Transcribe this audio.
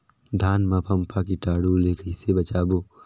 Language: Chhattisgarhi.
धान मां फम्फा कीटाणु ले कइसे बचाबो?